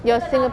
your sing~